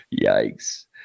Yikes